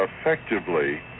effectively